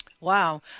Wow